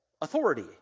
authority